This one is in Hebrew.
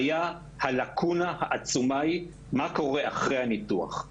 הלקונה העצומה היא מה שקורה אחרי הניתוח.